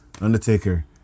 Undertaker